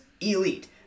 elite